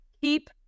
Keep